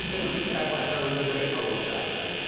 what does this guy want? and then it was just like a total disaster.